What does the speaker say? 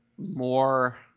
More